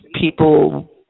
people